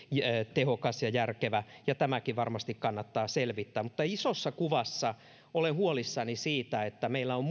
tehokas ja järkevä keino ja tämäkin varmasti kannattaa selvittää mutta isossa kuvassa olen huolissani siitä että meillä on